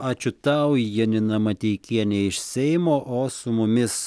ačiū tau janina mateikienė iš seimo o su mumis